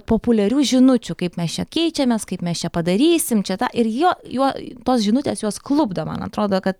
populiarių žinučių kaip mes čia keičiamės kaip mes čia padarysim čia tą ir juo juo tos žinutės jos klupdo man atrodo kad